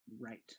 Right